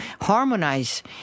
harmonize